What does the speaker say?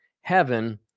heaven